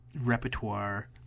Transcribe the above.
repertoire